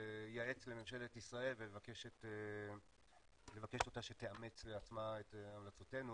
לייעץ לממשלת ישראל ולבקש אותה שתאמץ את המלצותינו.